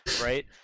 right